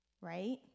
right